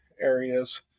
areas